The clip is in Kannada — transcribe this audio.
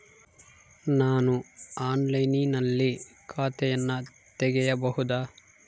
ನಾನು ಆನ್ಲೈನಿನಲ್ಲಿ ಖಾತೆಯನ್ನ ತೆಗೆಯಬಹುದಾ?